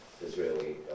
Israeli